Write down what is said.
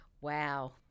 Wow